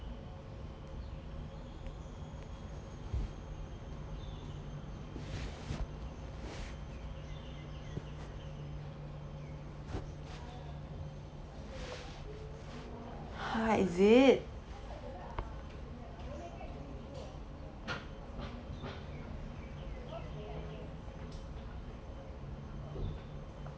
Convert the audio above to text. ha is it